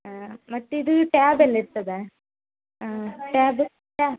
ಆ ಮತ್ತೆ ಇದು ಟ್ಯಾಬೆಲ್ಲ ಇರ್ತದಾ ಹಾಂ ಟ್ಯಾಬ್ ಟ್ಯಾ